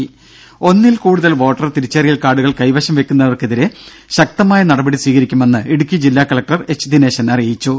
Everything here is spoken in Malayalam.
ദേദ ഒന്നിൽ കൂടുതൽ വോട്ടർ തിരിച്ചറിയൽ കാർഡുകൾ കൈവശം വെയ്ക്കുന്നവർക്കെതിരെ ശക്തമായ നടപടി സ്വീകരിക്കുമെന്ന് ഇടുക്കി ജില്ലാ കലക്ടർ എച്ച് ദിനേശൻ അറിയിച്ചു